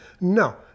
no